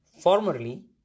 Formerly